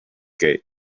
gate